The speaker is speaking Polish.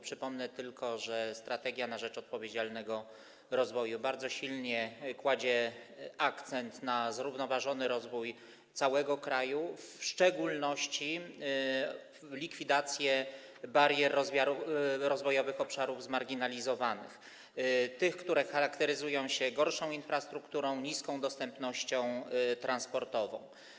Przypomnę tylko, że „Strategia na rzecz odpowiedzialnego rozwoju” kładzie bardzo silny akcent na zrównoważony rozwój całego kraju, w szczególności na likwidację barier rozwojowych na obszarach zmarginalizowanych, które charakteryzują się gorszą infrastrukturą, niską dostępnością transportową.